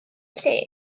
lle